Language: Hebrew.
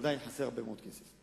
עדיין חסר הרבה מאוד כסף.